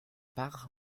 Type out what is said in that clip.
part